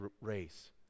race